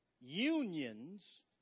unions